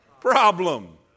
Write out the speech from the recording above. problem